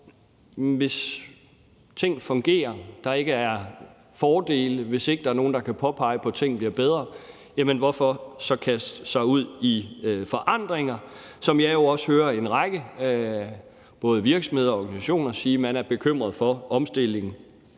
er nogen fordele ved en forandring, hvis ikke der er nogen, der kan pege på, at ting bliver bedre, hvorfor så kaste sig ud i forandringer? Jeg hører jo også en række både virksomheder og organisationer sige, at man er bekymret for en omstilling